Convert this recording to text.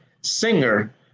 singer